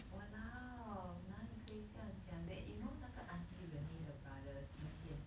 !walao! 哪里可以这样讲 then you know 那个 auntie renee the brother 今天 what